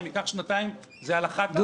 אם ייקח שנתיים זה על אחת כמה וכמה.